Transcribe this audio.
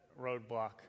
roadblock